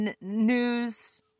news